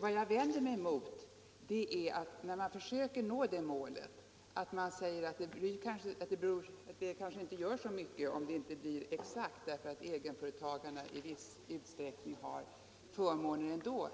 Vad jag vänder mig mot är att man, när man försöker nå det målet, säger att det kanske inte gör så mycket om det inte blir exakt lika för egenföretagarna som för andra eftersom egenföretagarna i viss utsträckning har fördelar